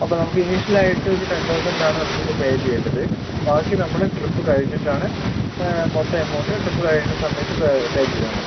അപ്പം നമുക്ക് ഇനീഷ്യൽ ആയിട്ട് ഒരു ടെൻ തൗസൻഡ് ആണ് നമുക്ക് ഇപ്പം പേ ചെയ്യേണ്ടത് ബാക്കി നമ്മുടെ ട്രിപ്പ് കഴിഞ്ഞിട്ടാണ് മൊത്തം എമൗണ്ട് ട്രിപ്പ് കഴിയുന്ന സമയത്ത് പേ ചെയ്താൽ മതി